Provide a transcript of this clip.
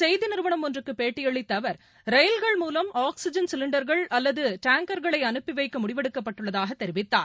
செய்தி நிறுவனம் ஒன்றுக்கு பேட்டியளித்த அவா் ரயில்கள் மூவம் ஆக்ஸிஜன் சிலிண்டா்கள் அல்லது டேங்கர்களை அனுப்பி வைக்க முடிவெடுக்கப்பட்டுள்ளதாகத் தெரிவித்தார்